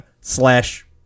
slash